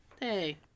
hey